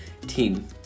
team